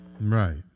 Right